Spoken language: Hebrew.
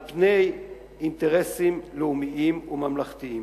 על פני אינטרסים לאומיים וממלכתיים.